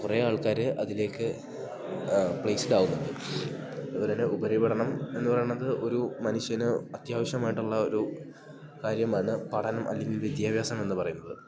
കുറേ ആൾക്കാർ അതിലേക്ക് പ്ലേസ്ഡ് ആകുന്നുണ്ട് അതുപോലെത്തന്നെ ഉപരിപഠനം എന്ന് പറയുന്നത് ഒരു മനുഷ്യന് അത്യാവശ്യമായിട്ടുള്ള ഒരു കാര്യമാണ് പഠനം അല്ലെങ്കിൽ വിദ്യാഭ്യാസമെന്ന് പറയുന്നത്